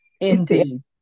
indeed